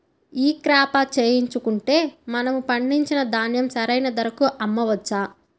ఈ క్రాప చేయించుకుంటే మనము పండించిన ధాన్యం సరైన ధరకు అమ్మవచ్చా?